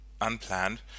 unplanned